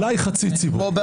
אולי חצי ציבור.